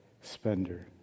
spender